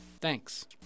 Thanks